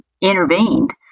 intervened